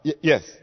yes